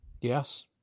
Yes